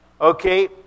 Okay